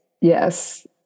Yes